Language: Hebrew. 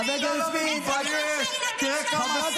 הילד של ראש הממשלה שלך נמצא במיאמי.